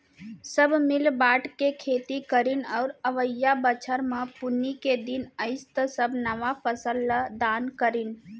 सब मिल बांट के खेती करीन अउ अवइया बछर म पुन्नी के दिन अइस त सब नवा फसल ल दान करिन